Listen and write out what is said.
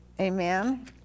Amen